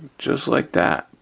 just like that,